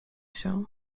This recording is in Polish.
się